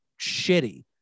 shitty